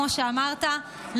כמו שאמרת,